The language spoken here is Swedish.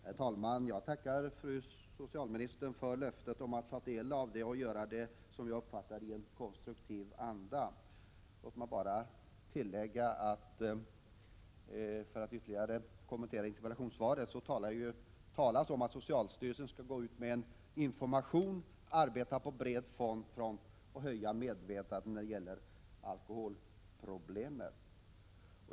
Herr talman! Jag tackar socialministern för löftet att ta del av denna utredning och göra det, som jag uppfattar det, i en konstruktiv anda. Låt mig bara tillägga, för att ytterligare kommentera interpellationssvaret, att det talas om att socialstyrelsen skall gå ut med information, arbeta på bred front och höja medvetandet när det gäller alkoholproblemet.